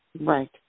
Right